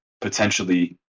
potentially